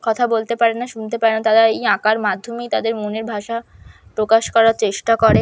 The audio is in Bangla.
কথা বলতে পারে না শুনতে পারে না তারা এই আঁকার মাধ্যমেই তাদের মনের ভাষা প্রকাশ করার চেষ্টা করে